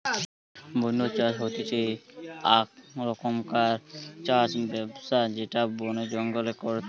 বন্য চাষ হতিছে আক রকমকার চাষ ব্যবস্থা যেটা বনে জঙ্গলে করতিছে